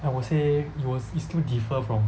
I will say it wa~ it still differ from